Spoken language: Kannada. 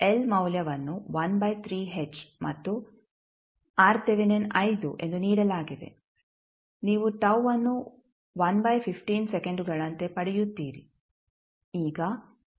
L ಮೌಲ್ಯವನ್ನು 13H ಮತ್ತು 5 ಎಂದು ನೀಡಲಾಗಿದೆ ನೀವು tau ಅನ್ನು 115 ಸೆಕೆಂಡುಗಳಂತೆ ಪಡೆಯುತ್ತೀರಿ